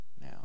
now